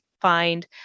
find